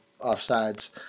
offsides